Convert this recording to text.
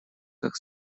как